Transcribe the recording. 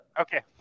okay